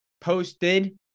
posted